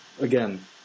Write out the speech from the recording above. again